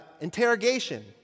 interrogation